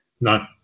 No